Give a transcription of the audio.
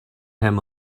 him